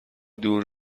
دور